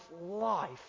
life